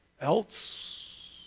else